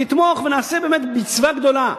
תתמוך, ונעשה באמת מצווה גדולה.